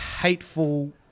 hateful